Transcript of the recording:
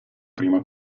prima